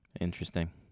Interesting